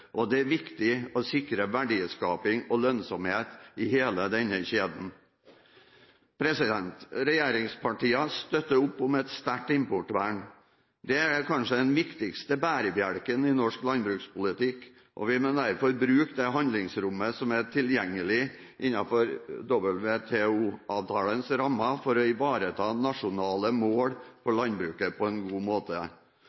næringsmidler. Det er viktig å sikre verdiskaping og lønnsomhet i hele denne kjeden. Regjeringspartiene støtter opp om et sterkt importvern. Det er kanskje den viktigste bærebjelken i norsk landbrukspolitikk, og vi må derfor bruke det handlingsrommet som er tilgjengelig innenfor WTO-avtalens rammer for å ivareta nasjonale mål for